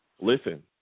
Listen